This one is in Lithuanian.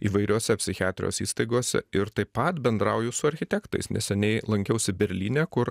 įvairiose psichiatrijos įstaigose ir taip pat bendrauju su architektais neseniai lankiausi berlyne kur